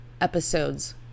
episodes